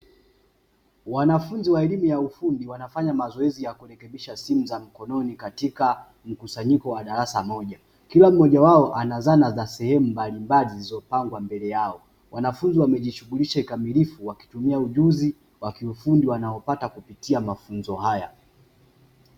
Wanafunzi wa elimu ya ufundi, wanafanya mazoezi ya kurekebisha simu za mkononi katika mkusanyiko wa darasa moja. Kila mmoja wao ana zana za sehemu mbalimbali, zilizopangwa mbele yao. Wanafunzi wamejishughulisha kikamilifu wakitumia ujuzi wa kiufundi, wanaopata kupitia mafunzo haya.